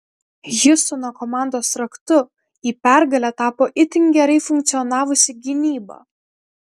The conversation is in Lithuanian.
hjustono komandos raktu į pergalę tapo itin gerai funkcionavusi gynyba